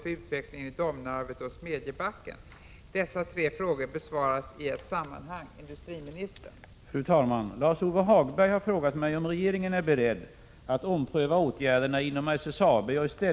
Är industriministern beredd medverka till att den nya styrelsen och insatsen från LKAB kommer att innebära flera jobb och en omfattande upprustning vid SSAB:s anläggning i Luleå?